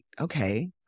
okay